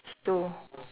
so